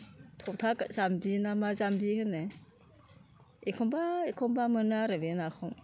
थ'था जाम्बि ना मा जाम्बि होनो एखमब्ला एखमब्ला मोनो आरो बे नाखौ